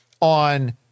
on